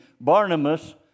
Barnabas